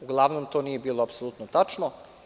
Uglavnom, to nije bilo apsolutno tačno.